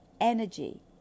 energy